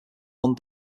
one